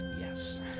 yes